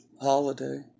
holiday